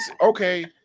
okay